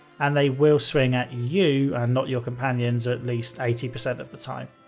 and they will swing at you and not your companions at least eighty percent of the time.